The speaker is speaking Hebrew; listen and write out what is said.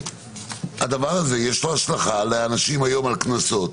לדבר הזה יש השלכה על אנשים היום בקנסות,